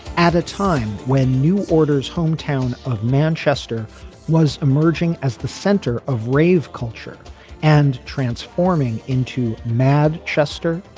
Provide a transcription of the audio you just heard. at a time when new orders hometown of manchester was emerging as the center of rave culture and transforming into mad chester.